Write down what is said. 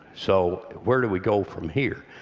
so where do we go from here?